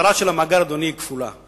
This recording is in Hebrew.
המטרה של המאגר, אדוני, היא כפולה,